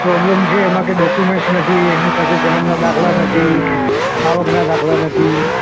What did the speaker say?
problem છે એમાં કંઈ ડોક્યુમેન્ટ્સ નથી એમની પાસે જન્મના દાખલા નથી કે આવકના દાખલા નથી